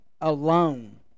alone